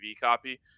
copy